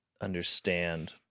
understand